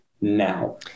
now